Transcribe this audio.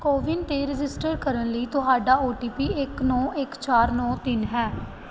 ਕੋਵਿਨ 'ਤੇ ਰਜਿਸਟਰ ਕਰਨ ਲਈ ਤੁਹਾਡਾ ਓ ਟੀ ਪੀ ਇੱਕ ਨੌਂ ਇੱਕ ਚਾਰ ਨੌਂ ਤਿੰਨ ਹੈ